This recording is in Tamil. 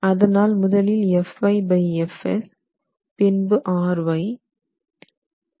அதனால் முதலில் FyFs பின்பு Ry அதாவது Fs Fdesign ஆகும்